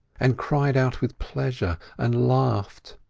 and cried out with pleasure, and laughed.